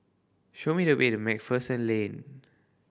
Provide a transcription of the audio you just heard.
show me the way the Macpherson Lane